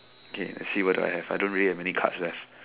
kay let's see what do I have I don't really have many cards left